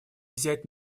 взять